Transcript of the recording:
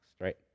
right